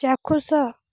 ଚାକ୍ଷୁଷ